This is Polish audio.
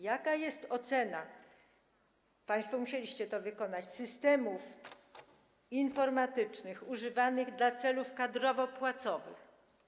Jaka jest ocena - państwo musieliście jej dokonać - systemów informatycznych używanych do celów kadrowo-płacowych?